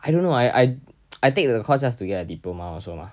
I don't know I I I take the course just to get a diploma also mah